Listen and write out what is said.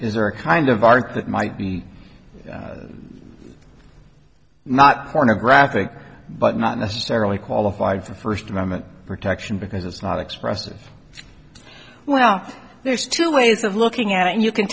is there a kind of art that might be not pornographic but not necessarily qualified for first amendment protection because it's not expressive well there's two ways of looking at it and you can